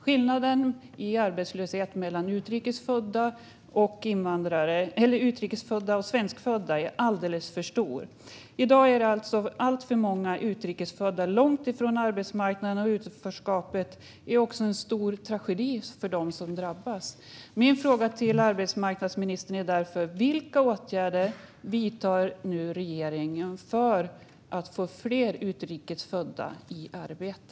Skillnaden i arbetslöshet mellan utrikes födda och svenskfödda är alldeles för stor. I dag står alltför många utrikes födda långt ifrån arbetsmarknaden, och utanförskapet är också en stor tragedi för dem som drabbas. Min fråga till arbetsmarknadsministern är därför: Vilka åtgärder vidtar nu regeringen för att få fler utrikes födda i arbete?